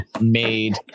made